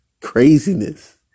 craziness